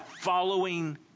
following